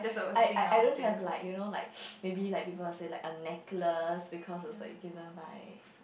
I I I don't have like you know like maybe like people would say like a necklace because it like was given by